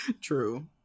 True